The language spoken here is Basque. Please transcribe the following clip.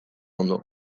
ondo